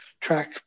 track